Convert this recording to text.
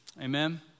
Amen